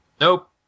Nope